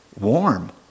warm